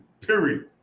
period